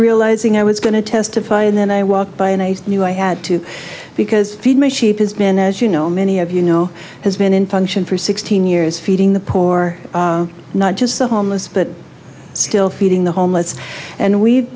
realizing i was going to testify and then i walked by and i knew i had to because feed my sheep has been as you know many of you know has been in function for sixteen years feeding the poor not just the homeless but still feeding the homeless and we'